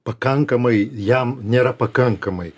pakankamai jam nėra pakankamai